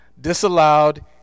disallowed